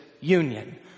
union